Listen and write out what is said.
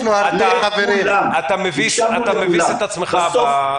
אתה מביס את עצמך בנקודה הזאת.